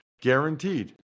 Guaranteed